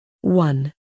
one